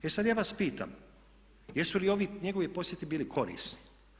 E sada ja vas pitam jesu li ovi njegovi posjeti bili korisni?